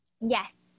Yes